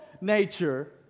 nature